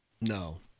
no